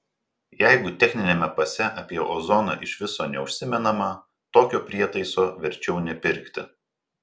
jeigu techniniame pase apie ozoną iš viso neužsimenama tokio prietaiso verčiau nepirkti